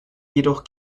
jedoch